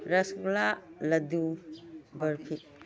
ꯔꯁ ꯒꯨꯂꯥ ꯂꯗꯨ ꯕꯔꯐꯤ